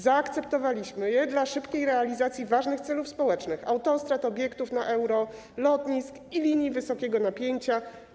Zaakceptowaliśmy je dla szybkiej realizacji ważnych celów społecznych: autostrad, obiektów na Euro, lotnisk i linii wysokiego napięcia.